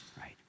right